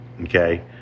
okay